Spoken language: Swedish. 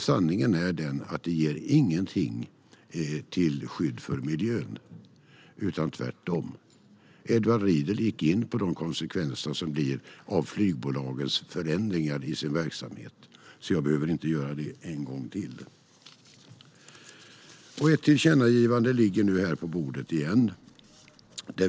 Sanningen är den att en sådan inte ger någonting till skydd för miljön utan tvärtom. Edward Riedl gick in på de konsekvenser som uppstår till följd av flygbolagens förändringar i sin verksamhet, så jag behöver inte också göra det. Ett tillkännagivande ligger nu på bordet igen.